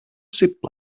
zip